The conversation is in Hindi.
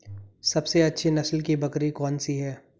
सबसे अच्छी नस्ल की बकरी कौन सी है?